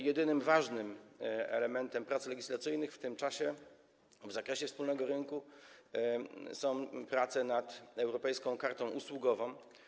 Jedynym ważnym elementem prac legislacyjnych w tym czasie w zakresie wspólnego rynku są prace nad europejską kartą usługową.